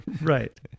Right